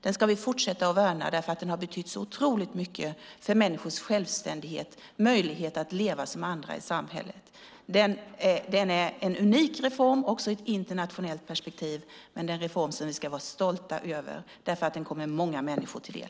Den ska vi fortsätta att värna därför att den har betytt otroligt mycket för människors självständighet och möjlighet att leva lika i samhället. Det är en unik reform i internationellt perspektiv. Det är en reform som vi ska vara stolta över därför att den kommer många människor till del.